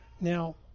Now